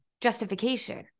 justification